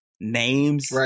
names